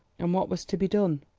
and what was to be done?